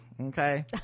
Okay